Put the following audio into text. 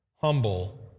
humble